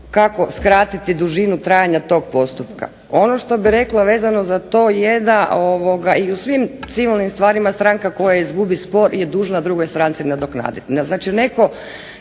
kako skratiti dužinu trajanja tog postupka. Ono što bi rekla vezano za to je da i u svim civilnim stvarima stranka koja izgubi spor je dužna drugoj stranci nadoknaditi,